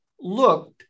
looked